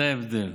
זה ההבדל.